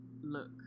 look